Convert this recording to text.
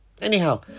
Anyhow